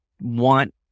want